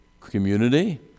community